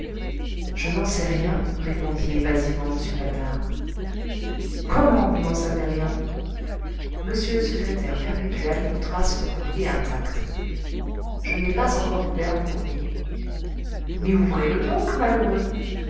je n'en sais rien répondit évasivement m patard comment vous n'en savez rien m le secrétaire perpétuel montra son courrier intact je n'ai pas encore ouvert mon courrier mais ouvrez le donc malheureux